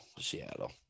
Seattle